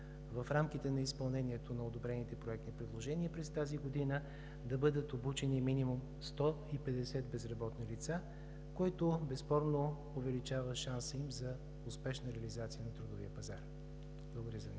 в рамките на изпълнението на одобрените проектни предложения през тази година да бъдат обучени минимум 150 безработни лица, което безспорно увеличава шанса им за успешна реализация на трудовия пазар. Благодаря